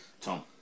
Tom